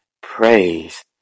Praise